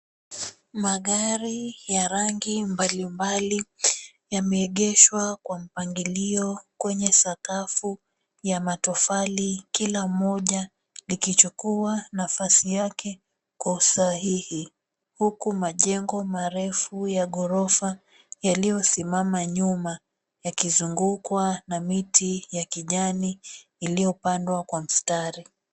Magari ya rangi mbalimbali yameegeshwa kwa mpangilio kwenye sakafu ya matofali kila moja likichukua nafasi yake kwa usahihi huku majengo marefu ya ghorofa yaliyosimama nyuma yakizungukwa na miti za kijani zilizopandwa kwa mstari.